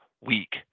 week